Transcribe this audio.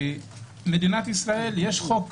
במדינת ישראל יש חוק,